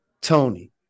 Tony